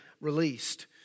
released